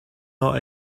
not